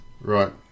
Right